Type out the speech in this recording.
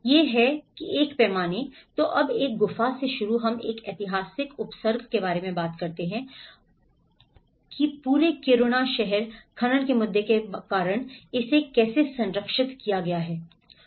यह है एक के पैमाने तो अब एक गुफा से शुरू हम एक ऐतिहासिक उपसर्ग के बारे में बात करते हैं और हम एक के बारे में भी बात करते हैं पूरे किरूणा शहर खनन के मुद्दे के कारण इसे कैसे संरक्षित किया गया है